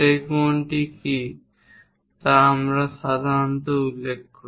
সেই কোণটি কী তা আমরা সাধারণত উল্লেখ করি